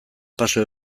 paso